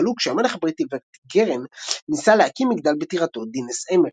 נתגלו כשהמלך הבריטי וורטיגרן ניסה להקים מגדל בטירתו דינס אמריס.